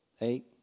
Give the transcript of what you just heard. eight